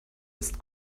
ist